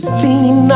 lean